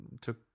took